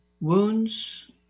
wounds